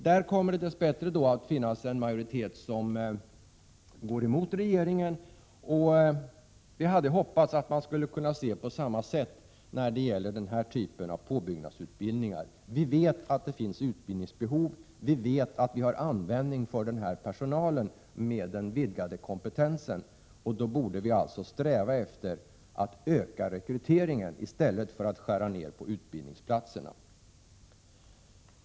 Där kommer det dess bättre att finnas en majoritet som går emot regeringen. Vi hade hoppats att man skulle kunna se på den här aktuella typen av påbyggnadsutbildningar på samma sätt. Vi vet att det finns utbildningsbehov. Vi vet att vi har användning för personal med en vidgad kompetens. Då borde vi sträva efter att öka rekryteringen i stället för att skära ned antalet utbildningsplatser.